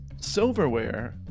Silverware